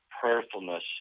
prayerfulness